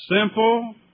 Simple